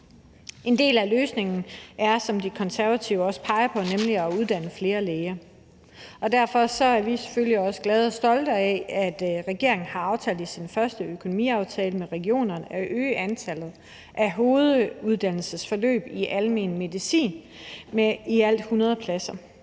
En del af løsningen er, som De Konservative også peger på, at uddanne flere læger, og derfor er vi selvfølgelig også glade for og stolte af, at regeringen har aftalt i sin første økonomiaftale med regionerne at øge antallet af hoveduddannelsesforløb i almen medicin med i alt 100 pladser.